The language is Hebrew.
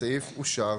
הסעיף אושר.